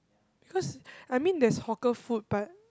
because I mean there's hawker food but